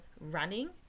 running